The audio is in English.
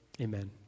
Amen